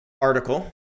article